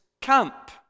camp